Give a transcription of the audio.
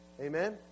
amen